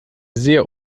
sehr